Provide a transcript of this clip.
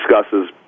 discusses